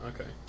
okay